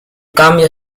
cambio